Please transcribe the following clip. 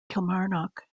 kilmarnock